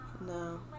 No